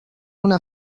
una